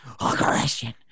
aggression